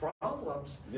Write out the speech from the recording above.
problems